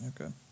Okay